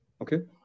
Okay